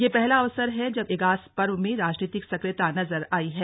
यह पहला अवसर है जब इगास पर्व में राजनीतिक सक्रियता नजर आयी है